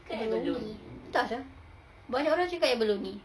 abalone entah sia banyak orang cakap abalone